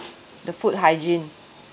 the food hygiene